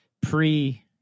pre-